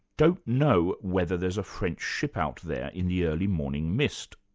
don't know whether there's a french ship out there in the early morning mist.